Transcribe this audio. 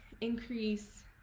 increase